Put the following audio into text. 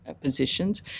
positions